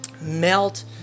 melt